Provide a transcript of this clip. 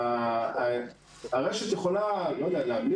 הרשת יכולה להגיד,